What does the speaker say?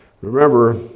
remember